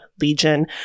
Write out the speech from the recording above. Legion